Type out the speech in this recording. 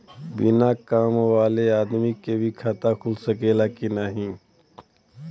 बिना काम वाले आदमी के भी खाता खुल सकेला की ना?